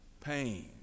pain